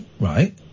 Right